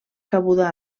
cabuda